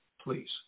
please